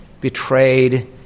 betrayed